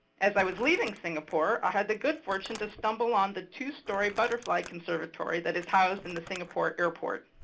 as i was leaving singapore, i had the good fortune to stumble on the two-story butterfly conservatory that is housed in the singapore airport.